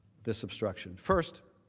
this obstruction. first,